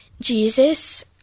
jesus